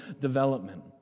development